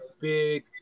big